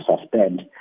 suspend